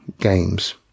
games